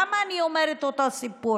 למה אני אומרת שזה אותו סיפור?